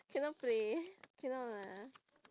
cannot play cannot lah